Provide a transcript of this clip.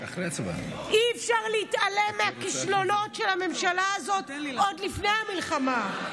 אי-אפשר להתעלם מהכישלונות של הממשלה הזאת עוד לפני המלחמה.